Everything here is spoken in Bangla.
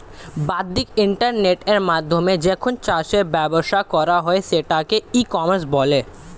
বাদ্দিক ইন্টারনেটের মাধ্যমে যখন চাষের ব্যবসা করা হয় সেটাকে ই কমার্স বলে